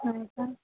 हा का